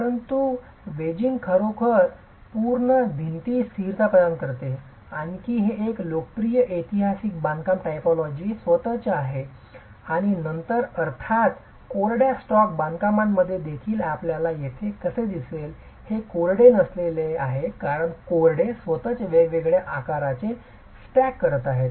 परंतु वेजिंग खरोखर संपूर्ण भिंतीस स्थिरता प्रदान करते आणि हे आणखी एक लोकप्रिय ऐतिहासिक बांधकाम टायपोलॉजी स्वतःच आहे आणि नंतर अर्थातच कोरड्या स्टॅक बांधकामांमध्ये देखील आपल्याला तेथे कसे दिसेल ते कोरडे नसलेले आहे कारण कोरडे स्वतःच वेगवेगळ्या आकाराचे स्टॅक करत आहे